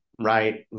right